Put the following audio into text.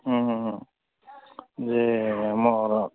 ହଁ ହଁ ହଁ ଯେ ଆମର